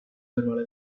kõrvale